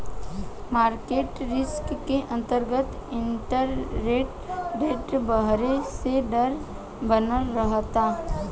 market risk के अंतरगत interest rate बरहे के डर बनल रहता